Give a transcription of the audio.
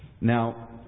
Now